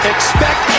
Expect